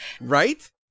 right